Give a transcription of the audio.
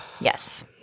Yes